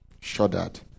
shuddered